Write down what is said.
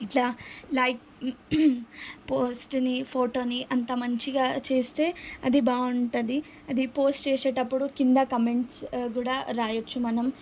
ఇట్లా లైక్ పోస్ట్ని ఫోటోని అంత మంచిగా చేస్తే అది బాగుంటుంది అది పోస్ట్ చేసేటప్పుడు కింద కమెంట్స్ కూడా రాయొచ్చు మనం